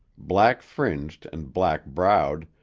black-fringed and black-browed,